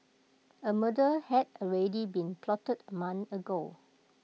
A murder had already been plotted A month ago